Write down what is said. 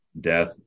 death